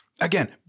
again